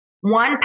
one